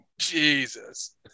Jesus